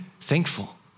thankful